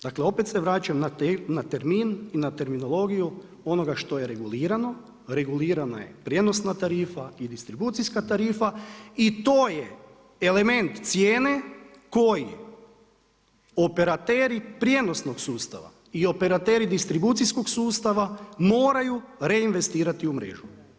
Dakle, opet se vraćam na termin i na terminologiju onoga što je regulirano, regulirana je prijenosna tarifa i distribucijska tarifa i to je element cijene koji operateri prijenosnog sustava i operateri distribucijskog sustava moraju reinvestirati u mrežu.